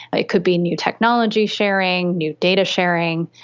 it could be new technology sharing, new data sharing,